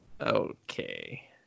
Okay